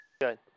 Good